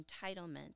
entitlement